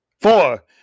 four